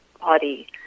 body